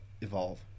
Evolve